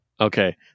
Okay